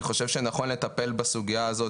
אני חושב שנכון לטפל בסוגיה הזו